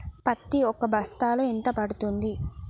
పత్తి ఒక బస్తాలో ఎంత పడ్తుంది?